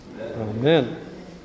Amen